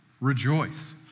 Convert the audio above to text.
Rejoice